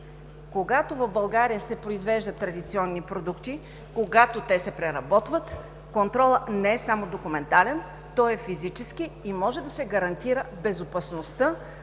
Когато в България се произвеждат традиционни продукти, когато те се преработват, контролът не е само документален, той е физически и може да се гарантира безопасността,